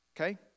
Okay